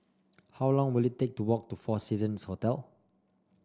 how long will it take to walk to Four Seasons Hotel